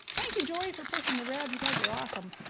thank you joey for posting the rev, you guys are awesome.